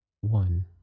one